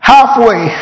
Halfway